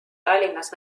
tallinnas